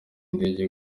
ndege